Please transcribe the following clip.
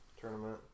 tournament